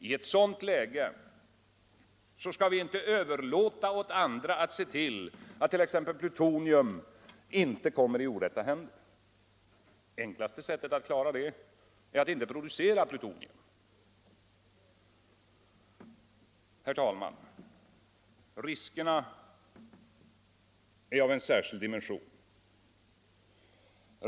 I ett sådant läge skall vi inte överlåta åt andra att se till att t.ex. plutonium inte kommer i orätta händer. Enklaste sättet att klara uppgiften är att inte producera plutonium. Herr talman! Riskerna med kärnkraften är av en särskild dimension.